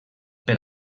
per